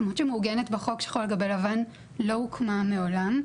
למרות שהיא מעוגנת בחוק שחור על גבי לבן לא הוקמה מעולם.